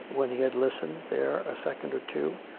when he had listened there a second or two,